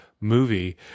movie